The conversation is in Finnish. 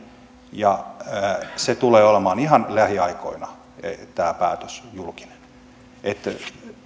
ja tämä päätös tulee olemaan ihan lähiaikoina julkinen